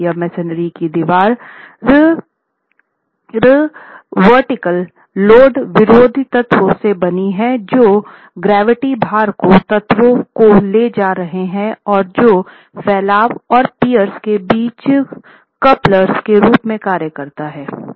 यह मेसनरी की दीवार ऊर्ध्वाधर लोड विरोध तत्वों से बनी है जो गुरुत्वाकर्षण भार को तत्वों को ले जा रहे हैं और जो फैलाव और पियर्स के बीच कप्लर्स के रूप में कार्य करता है